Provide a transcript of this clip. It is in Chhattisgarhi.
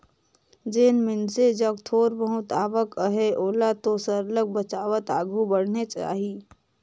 जेन मइनसे जग थोर बहुत आवक अहे ओला तो सरलग बचावत आघु बढ़नेच चाही